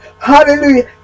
hallelujah